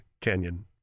canyon